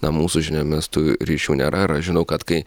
na mūsų žiniomis tų ryšių nėra ir aš žinau kad kai